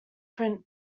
print